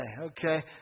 Okay